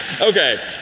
Okay